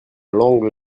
longue